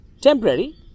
temporary